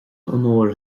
onóir